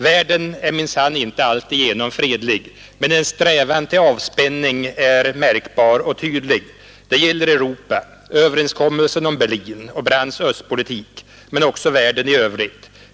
Världen är minsann inte alltigenom fredlig, men en strävan till avspänning är märkbar och tydlig. Det gäller Europa, överenskommelsen om Berlin och Willy Brandts östpolitik men också världen i övrigt.